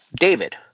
David